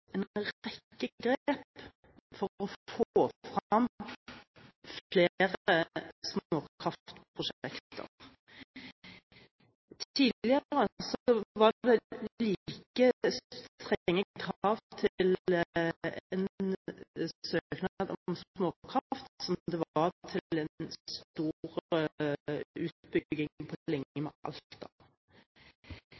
en rekke grep for å få fram flere småkraftprosjekter. Tidligere var det like strenge krav til en søknad om småkraft som det var til en stor utbygging